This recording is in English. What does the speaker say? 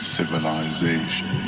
civilization